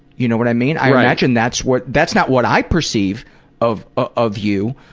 you know what i mean? i imagine that's what that's not what i perceive of ah of you,